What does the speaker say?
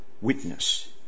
witness